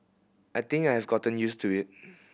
I think I have gotten used to it